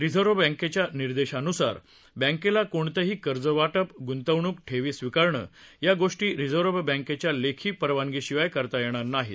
reserve बँकेच्या निर्देशानुसार बँकेला कोणतही कर्जवाटप ग्ंतवणूक ठेवी स्वीकारणं या गोष्टी रिझर्व्ह बँकेच्या लेखी परवानगी शिवाय करता येणार नाहीत